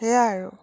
সেয়াই আৰু